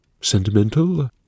Sentimental